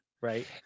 right